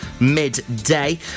midday